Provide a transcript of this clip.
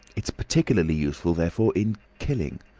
it's particularly useful, therefore, in killing.